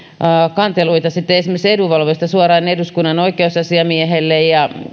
kanteluita esimerkiksi edunvalvojista suoraan eduskunnan oikeusasiamiehelle ja